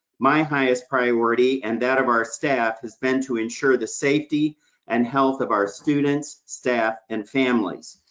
my highest priority and that of our staff has been to ensure the safety and health of our students, staff, and families.